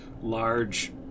large